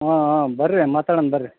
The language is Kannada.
ಆಂ ಹಾಂ ಬನ್ರಿ ಹಂಗೆ ಮಾತಾಡಣ ಬನ್ರಿ